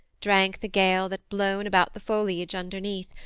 drank the gale that blown about the foliage underneath,